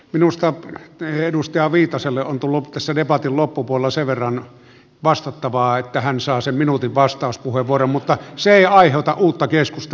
minusta edustaja viitaselle on tullut tässä debatin loppupuolella sen verran vastattavaa että kohtuullista on että hän saa sen minuutin vastauspuheenvuoron mutta se ei aiheuta uutta keskusteluaaltoa